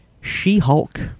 She-Hulk